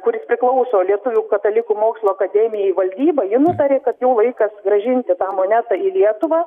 kuris priklauso lietuvių katalikų mokslo akademijai valdyba ji nutarė kad jau laikas grąžinti tą monetą į lietuvą